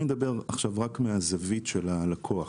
ואני מדבר רק מהזווית של הלקוח,